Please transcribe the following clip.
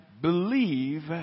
believe